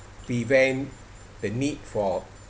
prevent the need for